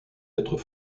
être